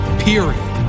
period